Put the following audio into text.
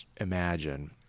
imagine